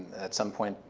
at some point